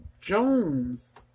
Jones